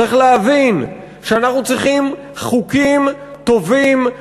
צריך להבין שאנחנו צריכים חוקים טובים,